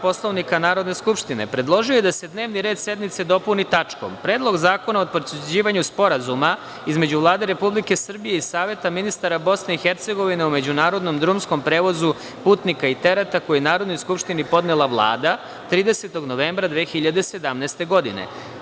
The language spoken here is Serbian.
Poslovnika Narodne skupštine, predložio je da se dnevni red sednice dopuni tačkom – Predlog zakona o potvrđivanju Sporazuma između Vlade Republike Srbije i Saveta ministara Bosne i Hercegovine o međunarodnom drumskom prevozu putnika i tereta, koji je Narodnoj skupštini podnela Vlada, 30. novembra 2017. godine.